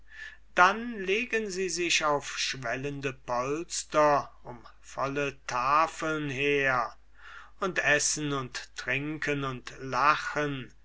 dann legen sie sich auf schwellenden polstern um volle tafeln her und essen und trinken und lachen